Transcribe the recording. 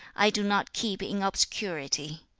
i do not keep in obscurity.